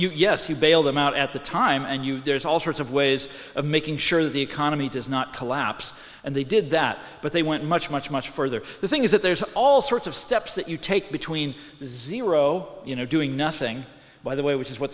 know yes we bail them out at the time and there's all sorts of ways of making sure the economy does not collapse and they did that but they went much much much further the thing is that there's all sorts of steps that you take between zero you know doing nothing by the way which is what